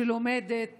שלומדת